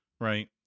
right